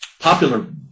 popular